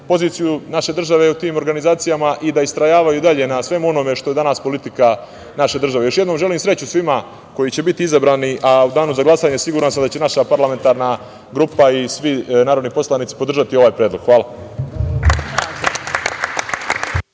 poziciju naše države u tim organizacijama i da istrajavaju i dalje na svemu onome što je politika naše države. Još jednom želim sreću svima koji će biti izabrani, a u danu za glasanje, siguran sam da će naša parlamentarna grupa i svi narodni poslanici podržati ovaj predlog. Hvala.